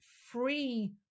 free